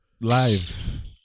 Live